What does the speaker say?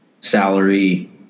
Salary